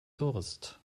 durst